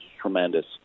tremendous